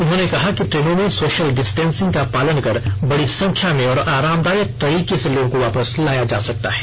उन्होंने कहा कि ट्रेनों में सोशल डिस्टेन्सिंग का पालन कर बड़ी संख्या में और आरामदायक तरीके से लोगों वापस लाया जा सकता है